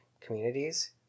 communities